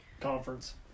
conference